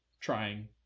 trying